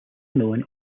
known